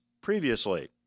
previously